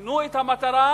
שינו את המטרה,